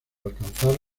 alcanzar